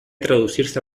traducirse